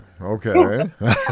Okay